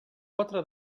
quatre